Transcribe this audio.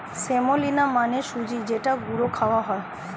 semolina মানে সুজি যেটা গুঁড়ো খাওয়া হয়